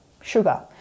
sugar